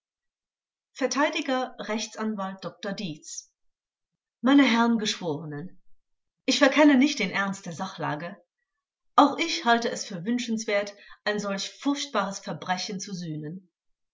verteidiger rechtsanwalt dr dietz meine herren geschworenen ich verkenne nicht den ernst der sachlage auch ich halte es für wünschenswert ein solch furchtbares verbrechen zu sühnen